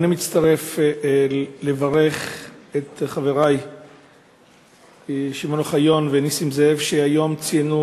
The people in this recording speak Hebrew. גם אני מצטרף ומברך את חברי שמעון אוחיון ונסים זאב על כך שהיום ציינו